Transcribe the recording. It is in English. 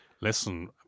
Listen